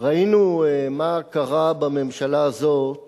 ראינו מה קרה בממשלה הזאת